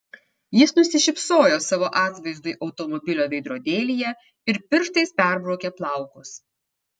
jis nusišypsojo savo atvaizdui automobilio veidrodėlyje ir pirštais perbraukė plaukus